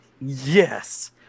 yes